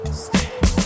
stay